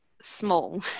small